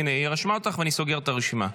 הינה, היא רשמה אותך ואני סוגר את הרשימה.